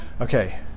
Okay